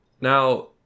Now